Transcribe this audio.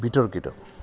বিতৰ্কিত